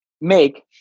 make